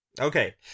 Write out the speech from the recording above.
Okay